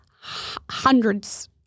hundreds